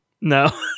No